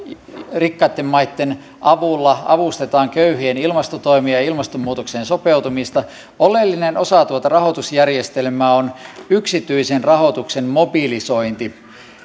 rikkaitten maitten avulla avustetaan köyhien ilmastotoimia ja ilmastonmuutokseen sopeutumista oleellinen osa tuota rahoitusjärjestelmää ovat myös yksityisen rahoituksen mobilisointi